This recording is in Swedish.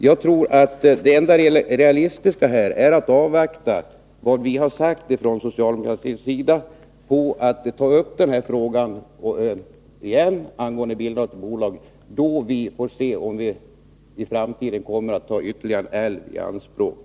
Jag tror att det enda realistiska här är att, som vi har sagt från socialdemokratins sida, avvakta med att igen ta upp denna fråga angående bildandet av bolag till dess vi får se om vi i framtiden kommer att ta ytterligare en älv i anspråk.